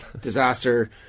disaster